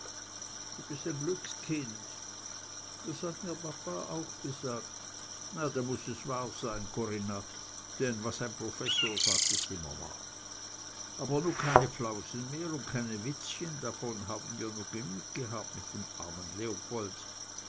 du bist ein glückskind das hat mir papa auch gesagt na denn muß es wahr sein corinna denn was ein professor sagt is immer wahr aber nu keine flausen mehr und keine witzchen davon haben wir nu genug gehabt mit dem armen leopold